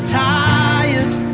tired